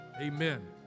Amen